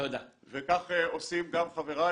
וכך עושים גם חבריי,